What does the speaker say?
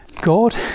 God